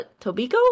Tobiko